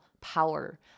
power